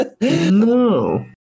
No